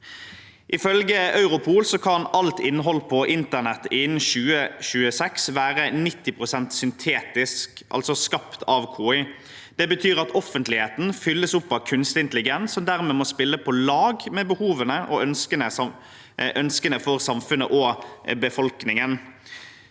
Ifølge Europol kan alt innhold på internett innen 2026 være 90 pst. syntetisk, altså skapt av KI. Det betyr at offentligheten fylles opp av kunstig intelligens og – dermed må spille på lag med behovene og ønskene for samfunnet og befolkningen.